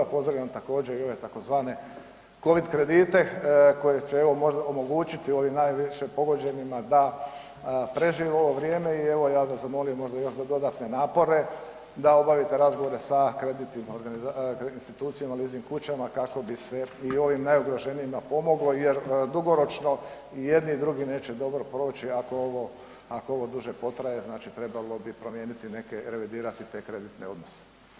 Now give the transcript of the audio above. Pozdravljam također, i ove tzv. „Covid kredite“ koji će, evo, možda omogućiti ovim najviše pogođenima da prežive ovo vrijeme i evo, ja bih vas zamolio možda još za dodatne napore da obavite razgovore sa kreditnim institucijama, leasing kućama, kako bi se i ovim najugroženijima pomoglo jer dugoročno ni jedni ni drugi neće dobro proći ako ovo duže potraje, znači trebalo bi promijeniti neke, revidirate te kreditne odnose.